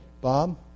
Bob